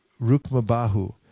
Rukmabahu